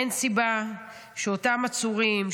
אין סיבה שאותם עצורים,